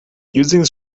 using